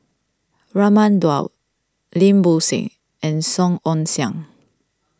Raman Daud Lim Bo Seng and Song Ong Siang